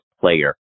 player